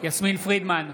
יסמין פרידמן,